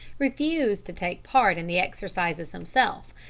refused to take part in the exercises himself,